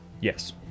Yes